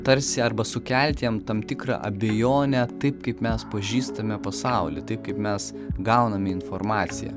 tarsi arba sukelt jam tam tikrą abejonę taip kaip mes pažįstame pasaulį taip kaip mes gauname informaciją